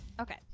Okay